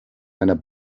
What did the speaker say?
einer